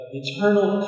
eternal